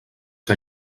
que